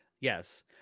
yes